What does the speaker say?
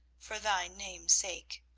for thy name's sake.